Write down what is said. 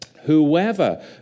whoever